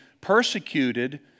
persecuted